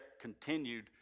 continued